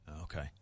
Okay